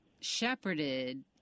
shepherded